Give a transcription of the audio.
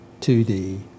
2D